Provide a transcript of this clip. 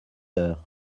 heures